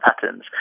patterns